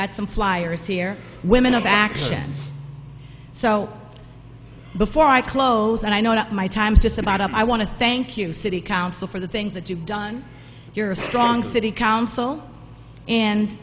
got some flyers here women of action so before i close and i know my time to sit out i want to thank you city council for the things that you've done your strong city council and